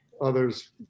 others